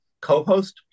co-host